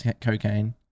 cocaine